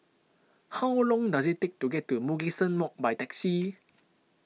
how long does it take to get to Mugliston Walk by taxi